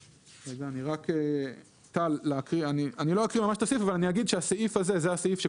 אני לא אקריא ממש את הסעיף אבל אני אגיד שזה הסעיף שהזכרתי קודם,